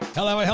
hello?